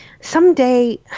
Someday